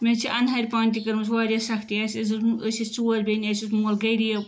مےٚ چھِ اَنہَرِ پانہٕ تہِ کٔرمٕژ واریاہ سَختی اَسہِ آسہِ أسی ٲسۍ ژور بیٚنہِ اَسہِ اوس مول غریٖب